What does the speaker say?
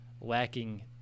lacking